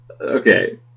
Okay